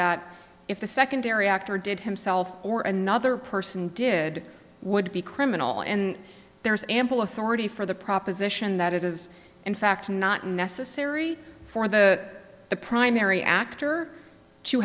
that if the secondary actor did himself or another person did would be criminal and there is ample authority for the proposition that it is in fact not necessary for the the primary actor to